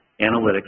analytics